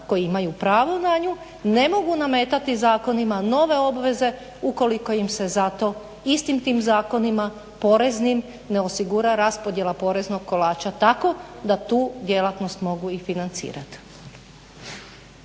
koji imaju pravo na nju ne mogu nametati zakonima nove obveze ukoliko im se za to istim tim zakonima poreznim ne osigura raspodjela poreznog kolača tako da tu djelatnost mogu i financirat.